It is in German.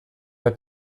bei